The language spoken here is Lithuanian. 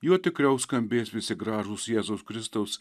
juo tikriau skambės visi gražūs jėzaus kristaus